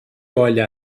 olha